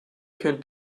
kennt